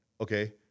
okay